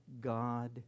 God